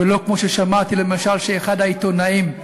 ולא כמו ששמעתי, למשל, שאחד העיתונאים,